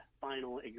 final